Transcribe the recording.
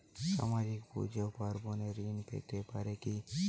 সামাজিক পূজা পার্বণে ঋণ পেতে পারে কি?